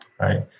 right